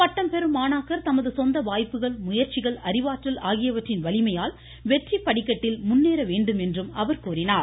பட்டம்பெறும் மாணாக்கர் தமது சொந்த வாய்ப்புகள் முயற்சிகள் அறிவாற்றல் ஆகியவற்றின் வலிமையால் வெற்றி படிக்கட்டில் முன்னேற வேண்டும் என்றும் அவர் கூறினார்